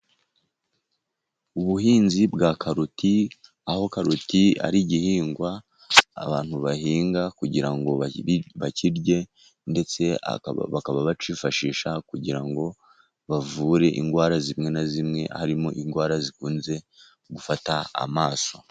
Ubuhinzi bwa karoti, aho karoti ari igihingwa abantu bahinga kugira ngo bakirye, ndetse bakaba bakifashisha kugira ngo bavure indwara zimwe na zimwe, harimo indwara zikunze gufata amaso.